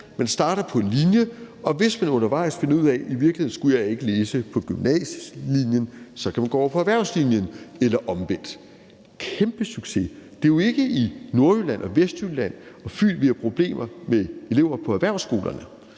man starter på en linje, og hvis man undervejs finder ud af, at man i virkeligheden ikke skulle læse på gymnasielinjen, så kan man gå over på erhvervslinjen, eller omvendt. Det er en kæmpe succes. Det er jo ikke i Nordjylland og Vestjylland og på Fyn, vi har problemer med elever på erhvervsskolerne.